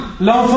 l'enfant